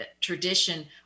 tradition